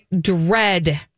dread